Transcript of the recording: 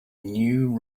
new